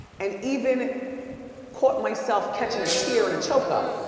and even caught myself catching a tear and a choke up.